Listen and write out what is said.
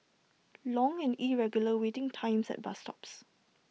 long and irregular waiting times at bus stops